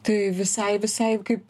tai visai visai kaip